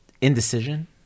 indecision